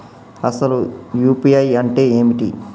అసలు యూ.పీ.ఐ అంటే ఏమిటి?